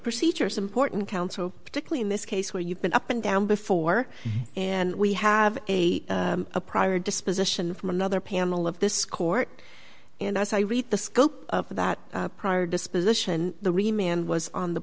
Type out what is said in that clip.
procedures important counsel particularly in this case where you've been up and down before and we have a a prior disposition from another panel of this court and as i read the scope of that prior disposition the remained was on the